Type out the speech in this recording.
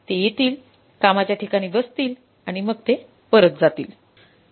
ते येतील कामाच्याठिकाणी बसतील आणि मग ते परत जातील